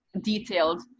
detailed